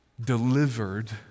delivered